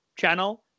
channel